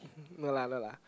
no lah no lah